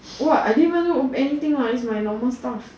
!wah! I didn't even on anything just my normal stuff